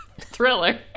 thriller